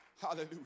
hallelujah